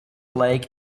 leg